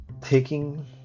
taking